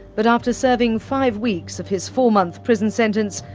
but after serving five weeks of his four-month prison sentence,